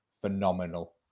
phenomenal